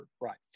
Right